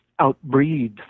outbreed